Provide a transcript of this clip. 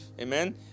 Amen